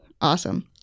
awesome